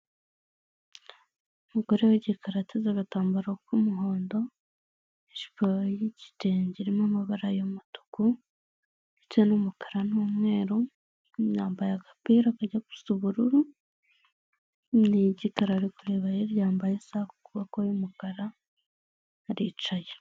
Umugore w'igikara ateze agatambaro k'umuhondo, ijipo y'igitenge irimo amabara y'umutuku ndetse n'umukara n'umweru, n'imyamba yambaye agapira kajya gusa ubururu ni igikara arikureba hirya yambaye isaha ku kuboko y'umukara aricaye.